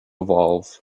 evolve